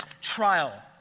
trial